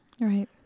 Right